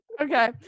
Okay